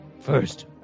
first